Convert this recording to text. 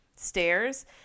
stairs